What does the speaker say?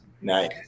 Nice